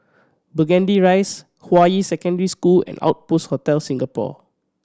Burgundy Rise Hua Yi Secondary School and Outpost Hotel Singapore